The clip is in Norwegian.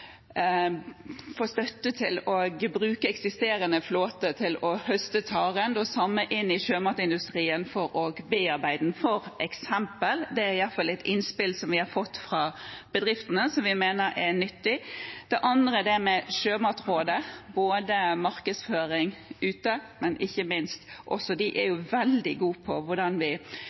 få støtte til å bruke eksisterende flåte til å høste taren – i sjømatindustrien – for å bearbeide den, f.eks. Det er i hvert fall et innspill som vi har fått fra bedriftene som vi mener er nyttig. Det andre er dette med Sjømatrådet og markedsføring ute. Denne næringen er jo, ikke minst, veldig gode på